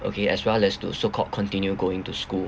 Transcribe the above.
okay as well as to so called continue going to school